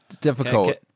difficult